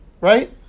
right